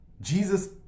Jesus